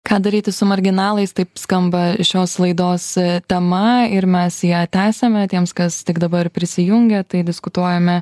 ką daryti su marginalais taip skamba šios laidos tema ir mes ją tęsiame tiems kas tik dabar prisijungia tai diskutuojame